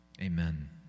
Amen